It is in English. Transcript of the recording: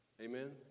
Amen